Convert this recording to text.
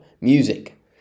music